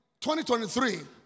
2023